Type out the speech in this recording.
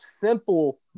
simple